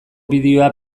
bideoa